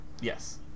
Yes